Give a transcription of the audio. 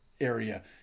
area